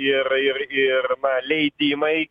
ir ir ir leidimai